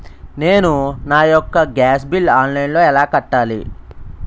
నేను నా యెక్క గ్యాస్ బిల్లు ఆన్లైన్లో ఎలా కట్టాలి?